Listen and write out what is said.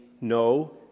no